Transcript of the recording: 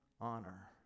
honor